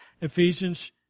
Ephesians